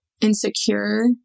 insecure